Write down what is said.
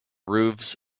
roofs